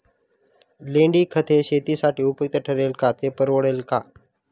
लेंडीखत हे शेतीसाठी उपयुक्त ठरेल का, ते परवडेल का?